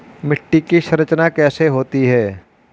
मिट्टी की संरचना कैसे होती है?